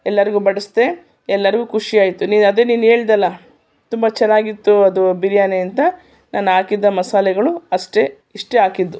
ಎಲ್ಲರಿಗೂ ಬಡಿಸ್ದೆ ಎಲ್ಲರೂ ಖುಷಿಯಾಯಿತು ನೀನು ಅದೇ ನೀನು ಹೇಳಿದೆ ಅಲ್ಲ ತುಂಬ ಚೆನ್ನಾಗಿತ್ತು ಅದು ಬಿರಿಯಾನಿ ಅಂತ ನಾನು ಹಾಕಿದ್ದ ಮಸಾಲೆಗಳು ಅಷ್ಟೆ ಇಷ್ಟೆ ಹಾಕಿದ್ದು